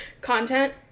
Content